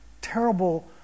terrible